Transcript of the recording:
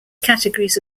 categories